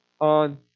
on